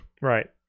right